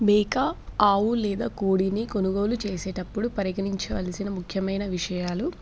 మేక ఆవు లేదా కోడిని కొనుగోలు చేసేటప్పుడు పరిగణించవలసిన ముఖ్యమైన విషయాలు